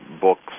books